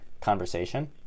conversation